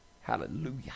Hallelujah